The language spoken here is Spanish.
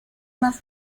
más